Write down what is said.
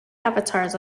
avatars